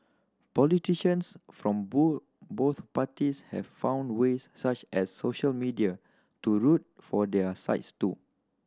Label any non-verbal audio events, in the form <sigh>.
politicians from <unintelligible> both parties have found ways such as social media to root for their sides too